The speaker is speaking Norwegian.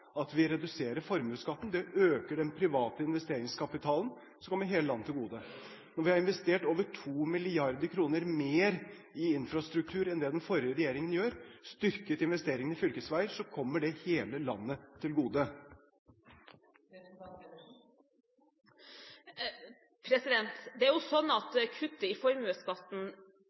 at vi reduserer formuesskatten. Det øker den private investeringskapitalen, som kommer hele landet til gode. Når vi har investert over 2 mrd. kr mer i infrastruktur enn det den forrige regjeringen gjorde, og styrket investeringen i fylkesveier, kommer det hele landet til gode. Det er jo sånn at kuttet i formuesskatten